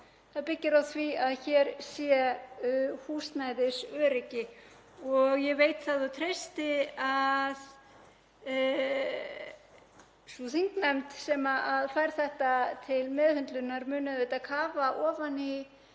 það byggir á því að hér sé húsnæðisöryggi. Ég veit það og treysti að sú þingnefnd sem fær þetta til meðhöndlunar muni kafa ofan í